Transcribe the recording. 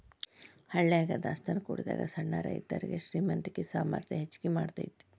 ಹಳ್ಯಾಗ ದಾಸ್ತಾನಾ ಕೂಡಿಡಾಗ ಸಣ್ಣ ರೈತರುಗೆ ಶ್ರೇಮಂತಿಕೆ ಸಾಮರ್ಥ್ಯ ಹೆಚ್ಗಿ ಮಾಡತೈತಿ